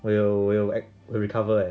我有我有 act 我有 recover leh